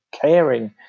caring